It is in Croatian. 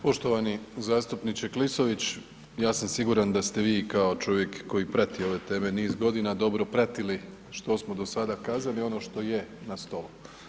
Poštovani zastupniče Klisović, ja sam siguran da ste vi kao čovjek koji prati ove teme niz godina, dobro pratili što smo do sada kazali ono što je na stolu.